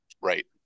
Right